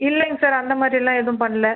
இல்லைங்க சார் அந்தமாதிரிலாம் எதுவும் பண்ணல